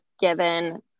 given